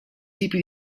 tipi